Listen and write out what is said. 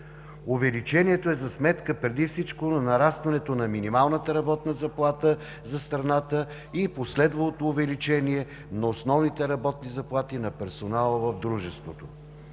Увеличението е за сметка преди всичко на нарастването на минималната работна заплата за страната и последвалото увеличение на основните работни заплати на персонала в дружеството.